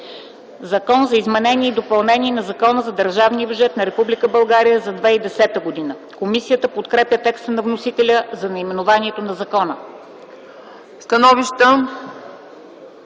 „Закон за изменение и допълнение на Закона за държавния бюджет на Република България за 2010 г.” Комисията подкрепя текста на вносителя за наименованието на закона.